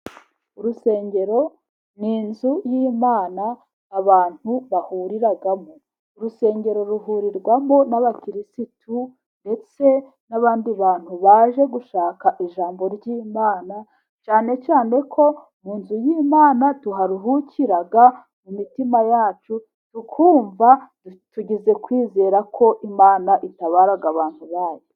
Urusengero ni inzu y'Imana abantu bahuriramo, urusengero ruhurirwamo n'abakirisitu, ndetse n'abandi bantu baje gushaka ijambo ry'Imana, cyane cyane ko mu nzu y'Imana tuharuhukira mu mitima yacu tukumva tugize kwizera ko Imana itabara abantu bayo.